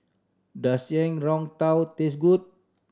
does yang tang taste good